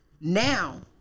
now